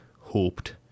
hoped